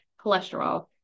cholesterol